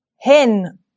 Hen